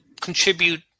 contribute